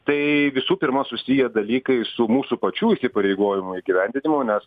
tai visų pirma susiję dalykai su mūsų pačių įsipareigojimų įgyvendinimo nes